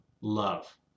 love